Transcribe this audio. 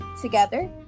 Together